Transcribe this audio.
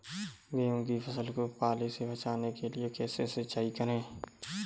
गेहूँ की फसल को पाले से बचाने के लिए कैसे सिंचाई करें?